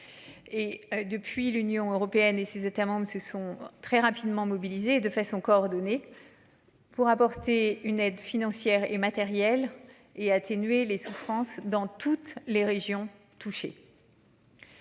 Et depuis, l'Union européenne et ses États membres se sont très rapidement mobilisés de façon coordonnée. Pour apporter une aide financière et matérielle et atténuer les souffrances dans toutes les régions touchées.